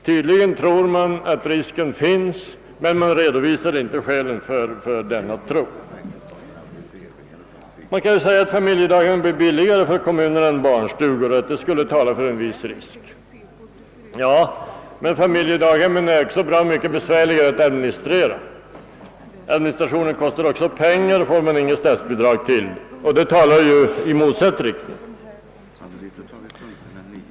Tydligen tror man att risken finns, men man redovisar inte skälen för denna uppfattning. Det kan sägas att familjedaghemmen blir billigare för kommunerna än barnstugor, vilket skulle tala för en viss sådan risk. Det är riktigt, men familjedaghemmen är mycket besvärligare att administrera. Administrationen kostar också pengar, och den får man inget statsbidrag till, och detta talar ju i motsatt riktning.